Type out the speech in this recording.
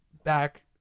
back